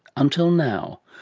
until now.